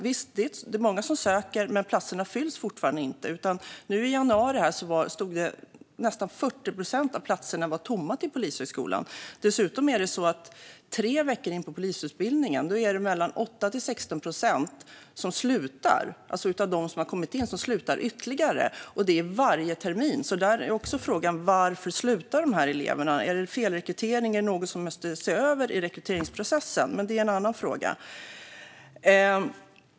Det är många som söker dit, men platserna fylls fortfarande inte. I januari var nästan 40 procent av platserna på Polishögskolan tomma. Dessutom är det så att mellan 8 och 16 procent av dem som kommit på polisutbildningen har slutat tre veckor in på utbildningen. Detta händer varje termin, så frågan är varför dessa elever slutar. Är det fel på rekryteringen? Är det något som måste ses över i rekryteringsprocessen? Det är dock en annan fråga.